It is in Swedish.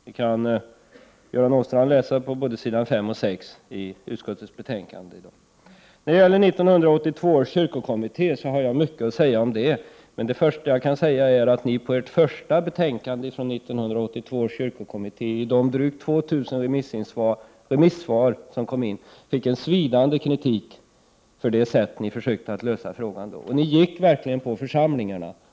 Det kan Göran Åstrand läsa på s. 5 och 6 i utskottets betänkande. 1982 års kyrkokommitté har jag mycket att säga om. Kommitténs första betänkande fick en svidande kritik i de drygt 2 000 remissvar som kom in, för det sätt som ni då försökte lösa frågan på. Men ni lyssnade verkligen på församlingarna.